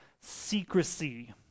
secrecy